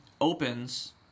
opens